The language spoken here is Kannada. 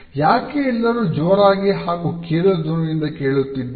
ಯಾಕೆ ಎಲ್ಲರು ಜೋರಾಗಿ ಹಾಗು ಕೀರಲು ಧ್ವನಿಯಿಂದ ಕೇಳುತ್ತಿದ್ದೀರಿ